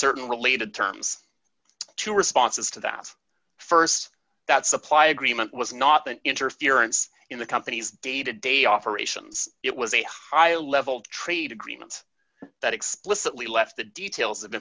certain related terms two responses to that st that supply agreement was not an interference in the company's day to day operations it was a high level trade agreement that explicitly left the details of